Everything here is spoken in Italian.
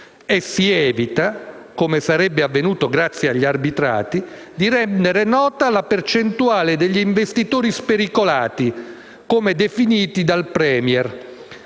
e si evita - come sarebbe avvenuto grazie agli arbitrati - di rendere nota la percentuale degli investitori spericolati, come definiti dal *Premier*,